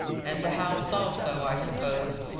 and the house also, i suppose,